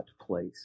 place